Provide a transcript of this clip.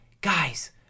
guys